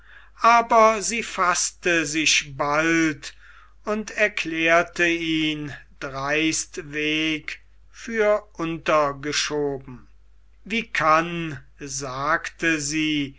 aber sie faßte sich bald und erklärte ihn dreistweg für untergeschoben wie kann sagte sie